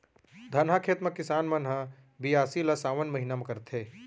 धनहा खेत म किसान मन ह बियासी ल सावन महिना म करथे